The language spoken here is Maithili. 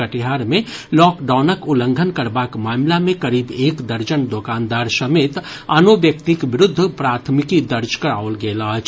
कटिहार मे लॉकडाउनक उल्लंघन करबाक मामिला मे करीब एक दर्जन दोकानदार समेत आनो व्यक्तिक विरूद्व प्राथमिकी दर्ज कराओल गेल अछि